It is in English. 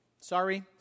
sorry